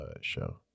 show